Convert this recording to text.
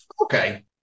Okay